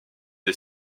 des